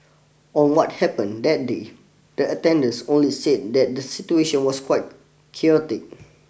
on what happened that day the attendants only said that the situation was quite chaotic